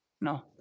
no